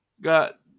got